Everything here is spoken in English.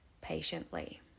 patiently